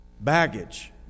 baggage